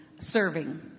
serving